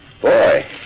Boy